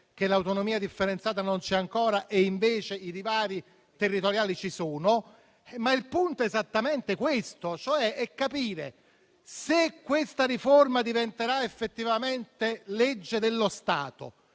perché l'autonomia differenziata non c'è ancora, mentre invece i divari territoriali ci sono. Il punto è esattamente questo: se tale riforma diventerà effettivamente legge dello Stato,